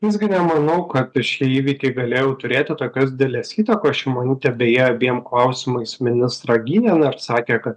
visgi nemanau kad šie įvykiai galėjo jau turėti tokios didelės įtakos šimonytė beje abiem klausimais ministrą gynė atsakė kad